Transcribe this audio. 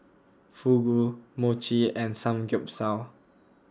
Fugu Mochi and Samgyeopsal